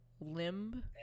limb